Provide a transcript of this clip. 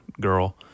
girl